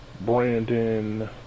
Brandon